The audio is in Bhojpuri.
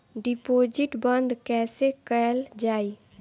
डिपोजिट बंद कैसे कैल जाइ?